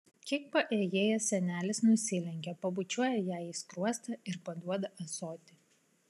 kiek paėjėjęs senelis nusilenkia pabučiuoja jai į skruostą ir paduoda ąsotį